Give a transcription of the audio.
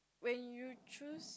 when you choose